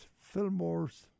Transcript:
Fillmore's